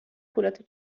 پولهاتو